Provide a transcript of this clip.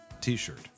t-shirt